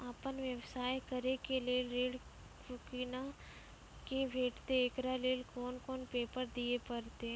आपन व्यवसाय करै के लेल ऋण कुना के भेंटते एकरा लेल कौन कौन पेपर दिए परतै?